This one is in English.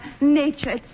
nature